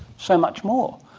so much more.